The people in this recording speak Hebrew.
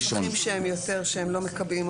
אני אחפש לזה נוסחים שהם לא מקבעים אותנו